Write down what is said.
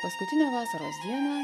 paskutinę vasaros dieną